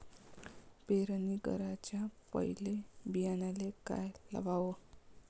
पेरणी कराच्या पयले बियान्याले का लावाव?